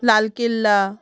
Lal Qila